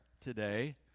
today